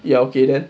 ya okay then